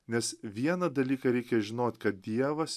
nes vieną dalyką reikia žinot kad dievas